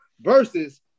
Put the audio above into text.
versus